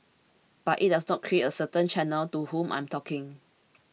but it does create a certain channel to whom I'm talking